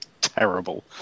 terrible